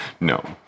No